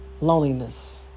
loneliness